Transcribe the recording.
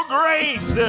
grace